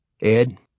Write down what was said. Ed